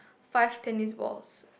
five tennis balls